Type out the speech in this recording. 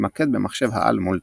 מתמקד במחשב-העל מולטיוואק.